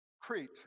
Crete